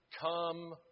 come